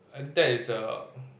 ah that is a